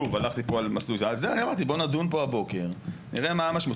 אמרתי, בוא נדון פה הבוקר, נראה מה המשמעות.